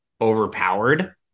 overpowered